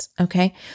Okay